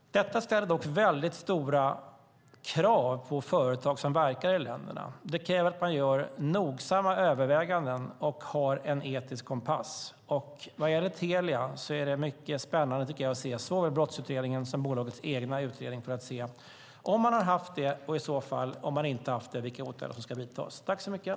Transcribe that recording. Detta ställer dock väldigt stora krav på företag som verkar i länderna. Det kräver att man gör nogsamma överväganden och har en etisk kompass. Vad gäller Telia blir det mycket spännande att se såväl brottsutredningen som bolagets egen utredning för att se om man har haft det och om man inte haft det vilka åtgärder som i så fall ska vidtas.